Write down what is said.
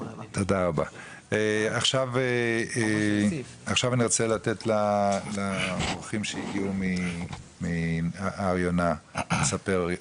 עכשיו אני רוצה לתת לאורחים שהגיעו מהר יונה לספר.